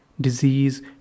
disease